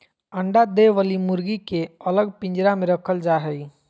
अंडा दे वली मुर्गी के अलग पिंजरा में रखल जा हई